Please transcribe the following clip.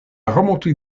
remontée